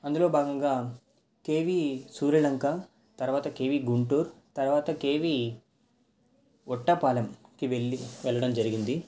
అందులో భాగంగా కేవీ సూర్యలంక తరువాత కేవీ గుంటూరు తరువాత కేవీ ఉట్టపాలంకి వెళ్ళి వెళ్ళడం జరిగింది